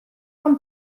რომ